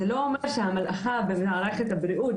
זה לא אומר שהמלאכה במערכת הבריאות,